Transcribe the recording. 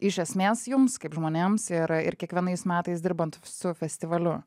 iš esmės jums kaip žmonėms ir ir kiekvienais metais dirbant su festivaliu